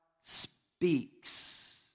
speaks